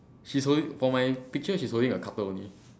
she's holding for my picture she's holding a cutter only